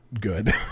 good